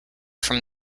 from